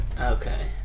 Okay